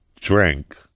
drink